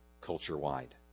culture-wide